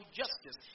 justice